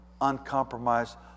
uncompromised